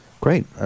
Great